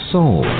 Soul